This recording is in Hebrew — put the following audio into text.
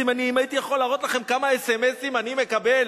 אם הייתי יכול להראות לכם כמה אס.אם.אסים אני מקבל,